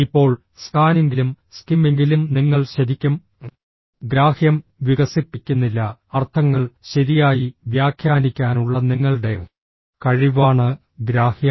ഇപ്പോൾ സ്കാനിംഗിലും സ്കിമ്മിംഗിലും നിങ്ങൾ ശരിക്കും ഗ്രാഹ്യം വികസിപ്പിക്കുന്നില്ല അർത്ഥങ്ങൾ ശരിയായി വ്യാഖ്യാനിക്കാനുള്ള നിങ്ങളുടെ കഴിവാണ് ഗ്രാഹ്യം